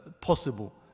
possible